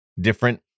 different